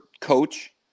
coach